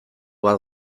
bat